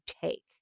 take